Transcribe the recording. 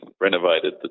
renovated